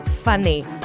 funny